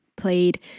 Played